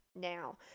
now